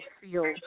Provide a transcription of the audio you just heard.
feel